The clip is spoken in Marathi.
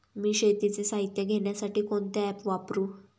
मी शेतीचे साहित्य घेण्यासाठी कोणते ॲप वापरु?